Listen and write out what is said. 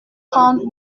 trente